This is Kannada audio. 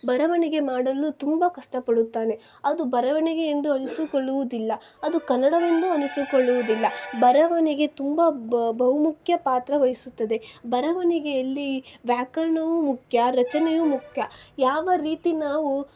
ಬರವಣಿಗೆ ಮಾಡಲು ತುಂಬ ಕಷ್ಟಪಡುತ್ತಾನೆ ಅದು ಬರವಣಿಗೆ ಎಂದು ಅನಿಸಿಕೊಳ್ಳುವುದಿಲ್ಲ ಅದು ಕನ್ನಡವೆಂದು ಅನಿಸಿಕೊಳ್ಳುವುದಿಲ್ಲ ಬರವಣಿಗೆ ತುಂಬ ಬ ಬಹುಮುಖ್ಯ ಪಾತ್ರವಹಿಸುತ್ತದೆ ಬರವಣಿಗೆಯಲ್ಲಿ ವ್ಯಾಕರಣವೂ ಮುಖ್ಯ ರಚನೆಯೂ ಮುಖ್ಯ ಯಾವ ರೀತಿ ನಾವು